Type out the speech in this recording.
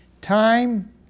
Time